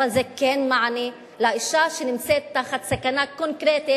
אבל זה כן מענה לאשה שנמצאת בסכנה קונקרטית,